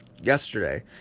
yesterday